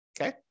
Okay